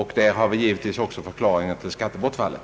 Här har vi givetvis också förklaringen till skattebortfallet.